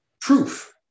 proof